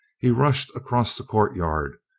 he rushed across the courtyard.